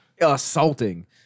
assaulting